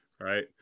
right